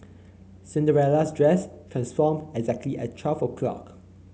Cinderella's dress transformed exactly at twelve o'clock